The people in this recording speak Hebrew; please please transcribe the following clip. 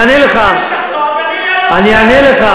אני דיברתי ראשי ערים, הם מפחדים ממך,